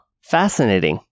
fascinating